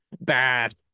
Bad